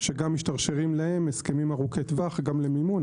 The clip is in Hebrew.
שגם משתרשרים להם הסכמים ארוכי טווח גם למימון,